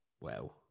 wow